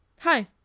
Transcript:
Hi